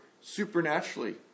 supernaturally